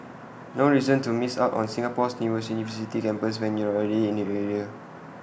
no reason to miss out on Singapore's newest university campus when you're already in the area